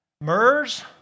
MERS